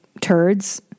turds